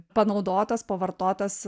panaudotas pavartotas